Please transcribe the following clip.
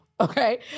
okay